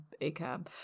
ACAB